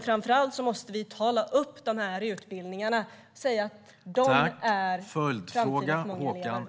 Framför allt måste vi tala väl om dessa utbildningar och säga att de är framtiden för många elever.